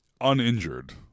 uninjured